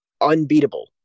unbeatable